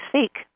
seek